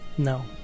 No